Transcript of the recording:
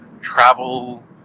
travel